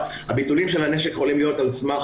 הביטולים של הנשק יכולים להיות על סמך